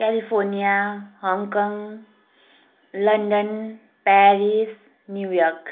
California Hong Kong London Paris New York